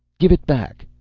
give it back!